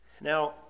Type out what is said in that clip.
Now